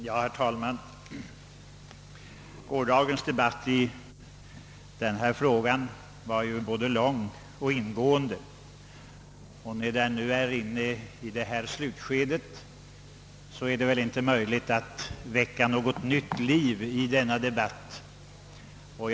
Herr talman! Gårdagens debatt i denna fråga var ju både lång och ingående, och så här i slutskedet är det väl knappast möjligt att väcka något nytt liv i debatten.